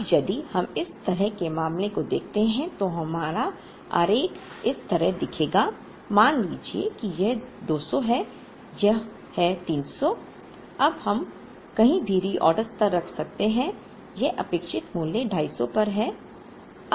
अब यदि हम इस तरह के मामले को देखते हैं तो हमारा आरेख इस तरह दिखेगा मान लीजिए कि यह 200 है यह है 300 अब हम कहीं भी रिऑर्डर स्तर रख सकते हैं यह अपेक्षित मूल्य 250 पर है